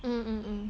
mmhmm